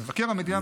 מבקר המדינה מפקח.